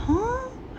then I'm like !huh!